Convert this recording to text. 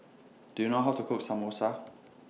Do YOU know How to Cook Samosa